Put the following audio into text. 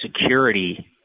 security